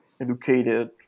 educated